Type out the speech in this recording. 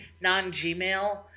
non-Gmail